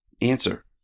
Answer